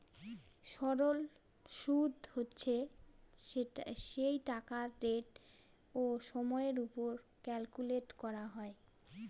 সরল সুদ হচ্ছে সেই টাকার রেট ও সময়ের ওপর ক্যালকুলেট করা হয়